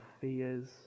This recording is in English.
fears